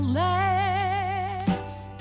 last